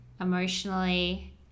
emotionally